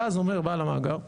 ואז אומר בעל המאגר,